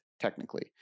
technically